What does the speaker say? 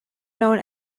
known